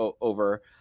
over –